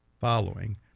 following